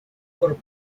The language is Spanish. por